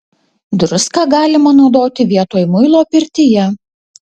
druską galima naudoti vietoj muilo pirtyje